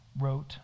wrote